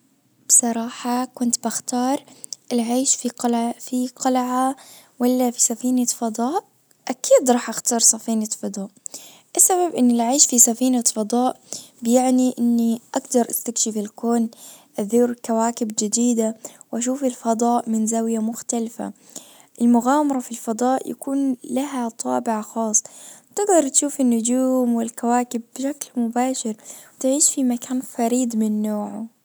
بصراحة كنت بختار العيش في قلعه ولا في سفينة فضاء اكيد رح اختار سفينة فضاء السبب ان العيس في سفينة فضاء بيعني ان اجدر استكشف الكون أزور كواكب جديدة وأشوف الفضاء من زاوية مختلفة المغامرة في الفضاء يكون لها طابع خاص تقدر تشوف النجوم والكواكب بشكل مباشر وتعيش في مكان فريد من نوعه.